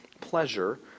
pleasure